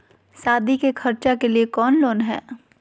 सादी के खर्चा के लिए कौनो लोन है?